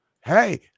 Hey